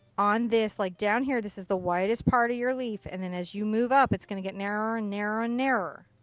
on this. like down here this is the widest part of your leaf. and and as you move up, it's going to get narrower and narrower and narrower.